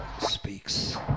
speaks